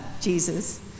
Jesus